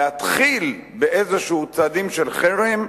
להתחיל בצעדים כלשהם של חרם,